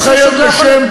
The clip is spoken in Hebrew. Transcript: ראש רשות לא יכול,